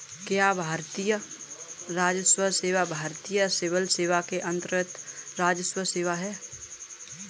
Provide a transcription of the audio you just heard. क्या भारतीय राजस्व सेवा भारतीय सिविल सेवा के अन्तर्गत्त राजस्व सेवा है?